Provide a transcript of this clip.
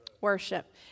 Worship